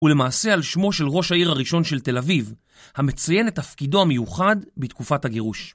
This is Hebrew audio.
ולמעשה על שמו של ראש העיר הראשון של תל אביב המציין את תפקידו המיוחד בתקופת הגירוש.